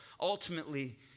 Ultimately